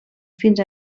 fins